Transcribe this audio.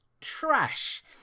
trash